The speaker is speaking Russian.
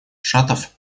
шатов